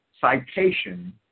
citation